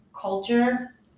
culture